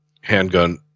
handgun